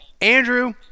Andrew